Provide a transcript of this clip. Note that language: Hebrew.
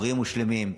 בריאים ושלמים,